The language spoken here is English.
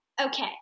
okay